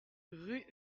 rue